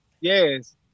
Yes